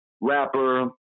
rapper